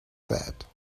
that